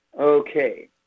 Okay